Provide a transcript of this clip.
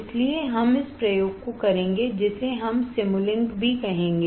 इसलिए हम इस प्रयोग को करेंगे जिसे हमसिमुलिंक भी कहेंगे